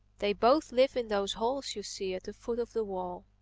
they both live in those holes you see at the foot of the wall.